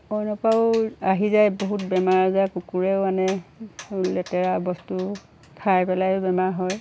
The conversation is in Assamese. অইনৰপৰাও আহি যায় বহুত বেমাৰ আজাৰ কুকুৰেও আনে লেতেৰা বস্তু খাই পেলাইও বেমাৰ হয়